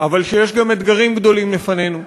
אבל שיש גם אתגרים גדולים לפנינו.